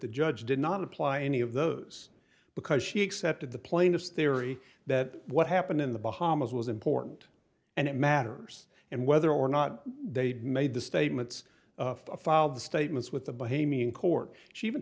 the judge did not apply any of those because she accepted the plaintiff's theory that what happened in the bahamas was important and it matters and whether or not they made the statements filed the statements with the bahamian court she even